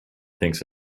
thinks